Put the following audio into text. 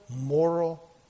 moral